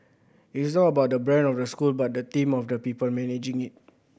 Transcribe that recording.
it's not about the brand of the school but the team of people managing it